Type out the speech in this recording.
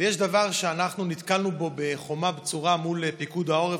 יש דבר שבו אנחנו נתקלנו בחומה בצורה מול פיקוד העורף